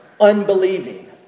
unbelieving